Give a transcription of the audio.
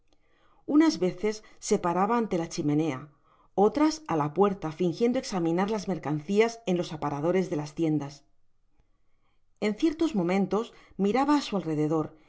unas veces se paraba ante la chimenea otras á la puerta finjiendo examinar las mercaderias en tos aparadores de las tiendas en ciertos momentosi miraba á su alrededor